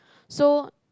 so